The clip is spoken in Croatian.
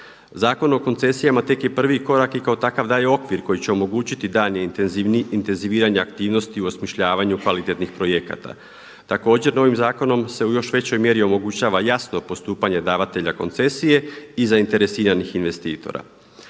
Zakon o koncesijama tek je prvi korak i kao takav daje okvir koji će omogućiti daljnje intenziviranje aktivnosti u osmišljavanju kvalitetnih projekata. Također novim zakonom se u još većoj mjeri omogućava jasno postupanje davatelja koncesije i zainteresiranih investitora.